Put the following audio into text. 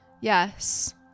Yes